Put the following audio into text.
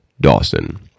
Dawson